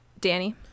danny